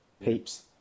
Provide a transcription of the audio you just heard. peeps